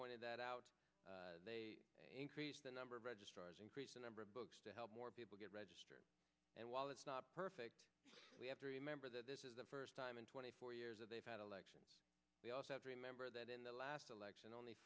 pointed that out they increase the number of registrars increase the number of books to help more people get registered and while that's not perfect we have to remember that this is the first time in twenty four years of they've had election we also have to remember that in the last election only